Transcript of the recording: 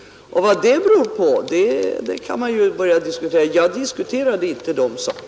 Och vad det beror på kan man ju diskutera. Jag diskuterade emellertid inte den saken.